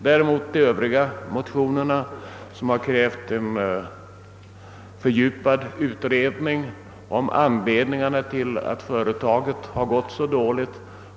Däremot har vi haft en ingående debatt om de motioner som krävt en fördjupad utredning om anledningarna till att företaget har gått så dåligt.